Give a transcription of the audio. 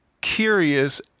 curious